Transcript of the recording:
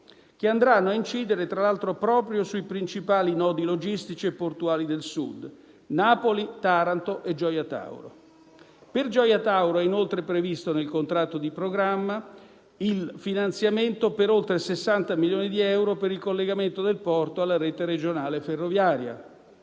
che andranno a incidere, tra l'altro, proprio sui principali nodi logistici e portuali del Sud: Napoli, Taranto e Gioia Tauro. Per Gioia Tauro è inoltre previsto nel contratto di programma il finanziamento per oltre 60 milioni di euro per il collegamento del porto alla rete regionale ferroviaria.